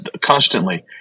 constantly